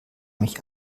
mich